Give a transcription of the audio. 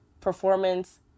performance